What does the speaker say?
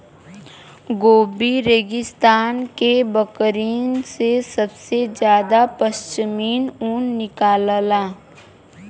Gobi रेगिस्तान के बकरिन से सबसे जादा पश्मीना ऊन निकलला